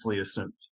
assumed